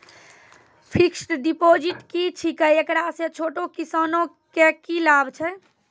Fixed deposit की छिकै, एकरा से छोटो किसानों के की लाभ छै?